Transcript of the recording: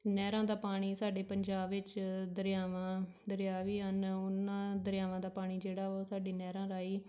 ਨਹਿਰਾਂ ਦਾ ਪਾਣੀ ਸਾਡੇ ਪੰਜਾਬ ਵਿੱਚ ਦਰਿਆਵਾਂ ਦਰਿਆ ਵੀ ਹਨ ਉਹਨਾਂ ਦਰਿਆਵਾਂ ਦਾ ਪਾਣੀ ਜਿਹੜਾ ਵਾ ਉਹ ਸਾਡੀ ਨਹਿਰਾਂ ਰਾਹੀਂ